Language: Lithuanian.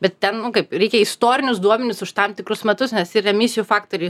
bet ten nu kaip reikia istorinius duomenis už tam tikrus metus nes ir emisijų faktoriai